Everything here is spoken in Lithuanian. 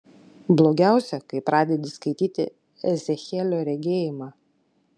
blogiausia kai pradedi skaityti ezechielio regėjimą